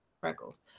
freckles